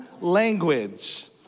language